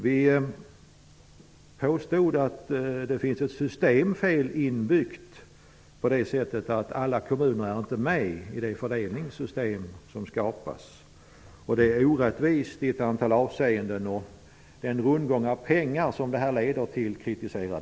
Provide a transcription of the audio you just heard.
Vi påstod att det fanns ett inbyggt systemfel, så till vida att alla kommuner inte är med i det fördelningssystem som skapades. Det är i ett antal avseenden orättvist. Vi kritiserar också den rundgång av pengar som detta leder till.